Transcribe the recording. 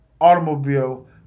automobile